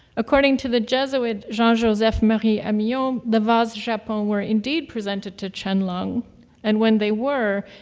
according to the jesuit jean joseph marie amiot, um the vase japon were indeed presented to qianlong and when they were,